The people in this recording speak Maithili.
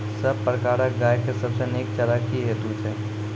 सब प्रकारक गाय के सबसे नीक चारा की हेतु छै?